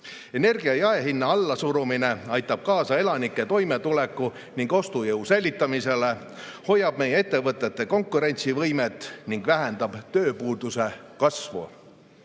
Energia jaehinna allasurumine aitab kaasa elanike toimetulekule ning ostujõu säilitamisele, hoiab meie ettevõtete konkurentsivõimet ning vähendab tööpuuduse kasvu.